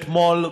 אתמול,